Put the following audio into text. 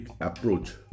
approach